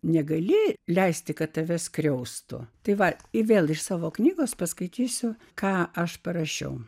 negali leisti kad tave skriaustų tai va ji vėl iš savo knygos paskaitysiu ką aš parašiau